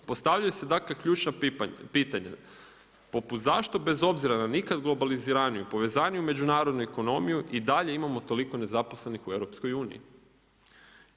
Postavljaju se dakle ključna pitanja, poput zašto bez obzira na nikad globaliziraniju, povezaniju međunarodnu ekonomiju i dalje imamo toliko nezaposlenih u EU-u?